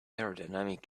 aerodynamic